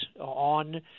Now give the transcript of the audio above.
on